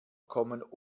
kommen